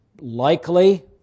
likely